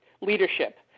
leadership